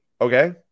Okay